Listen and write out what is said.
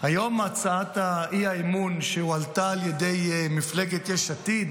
היום הצעת האי-אמון שהועלתה על ידי מפלגת יש עתיד